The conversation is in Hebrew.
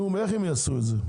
איך הם יעשו את זה?